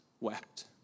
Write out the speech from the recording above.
wept